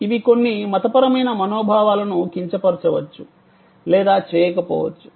ఇవి కొన్ని మతపరమైన మనోభావాలను కించపరచవచ్చు లేదా చేయకపోవచ్చు